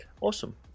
awesome